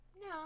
no